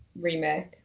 remake